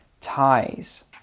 ties